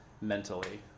Mentally